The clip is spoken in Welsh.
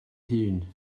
hun